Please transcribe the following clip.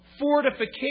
fortification